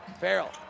Farrell